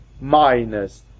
minus